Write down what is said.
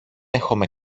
έχομε